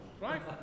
right